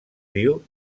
diu